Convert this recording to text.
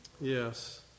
Yes